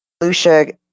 Lucia